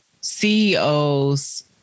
CEOs